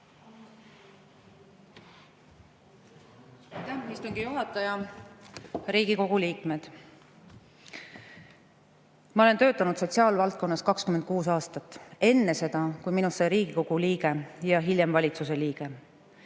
istungi juhataja! Riigikogu liikmed! Ma töötasin sotsiaalvaldkonnas 26 aastat, enne seda, kui minust sai Riigikogu liige ja hiljem valitsuse liige.